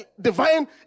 divine